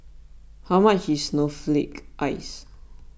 how much is Snowflake Ice